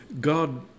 God